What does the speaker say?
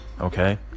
okay